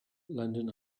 landing